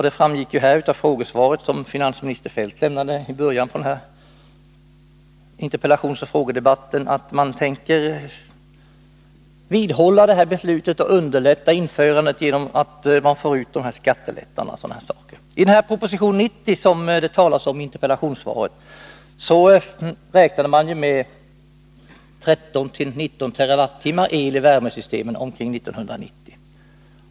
Det framgick också av det frågesvar som finansminister Feldt lämnade i början av detta interpellationsoch frågeplenum att man tänker vidhålla beslutet härom och genom skattelättnader osv. underlätta detta införande. I proposition nr 90, som det talas om i interpellationssvaret, räknar man med att på detta sätt 13-19 terawattimmar skall ha införts i värmesystemen t.o.m. år 1990.